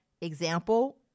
Example